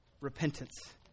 repentance